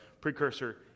precursor